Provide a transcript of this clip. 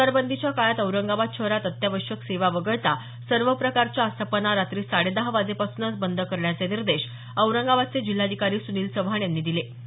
संचारबंदीच्या काळात औरंगाबाद शहरात अत्यावश्यक सेवा वगळता सर्व प्रकाराच्या आस्थापना रात्री साडेदहा वाजेपासूनच बंद करण्याचे निर्देश औरंगाबादचे जिल्हाधिकारी सूनील चव्हाण यांनी दिले आहेत